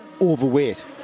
overweight